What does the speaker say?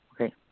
Okay